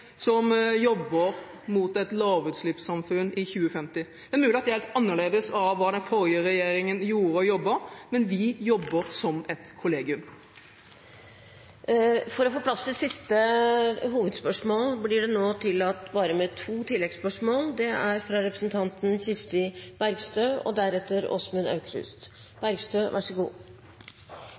som jobber inn mot et lavutslippssamfunn i 2050. Det er mulig at det er helt annerledes enn hva den forrige regjeringen gjorde, og hvordan den jobbet, men vi jobber som et kollegium. For å få tid til det siste hovedspørsmålet vil bare to oppfølgingsspørsmål bli tillatt – først Kirsti Bergstø. Oljeindustrien er